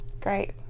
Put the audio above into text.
great